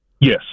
Yes